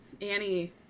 Annie